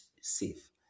safe